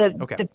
Okay